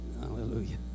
hallelujah